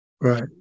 Right